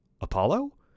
Apollo